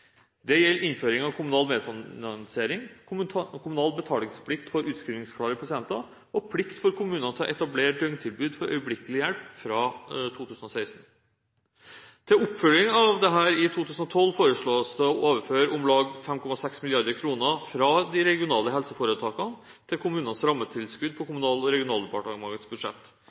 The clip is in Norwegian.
Det gjelder innføring av kommunal medfinansiering og kommunal betalingsplikt for utskrivingsklare pasienter og plikt for kommunene til å etablere døgntilbud for øyeblikkelig hjelp fra 2016. Til oppfølging av dette i 2012 foreslås det å overføre om lag 5,6 mrd. kr fra de regionale helseforetakene til kommunenes rammetilskudd på Kommunal- og regionaldepartementets budsjett,